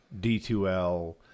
D2L